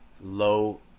low